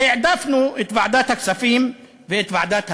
והעדפנו את ועדת הכספים ואת ועדת הפנים.